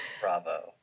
bravo